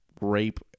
rape